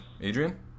adrian